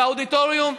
באודיטוריום,